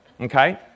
okay